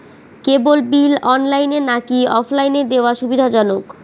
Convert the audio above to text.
কেবল bill অনলাইনে নাকি অফলাইনে দেওয়া সুবিধাজনক?